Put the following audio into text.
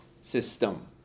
system